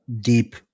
deep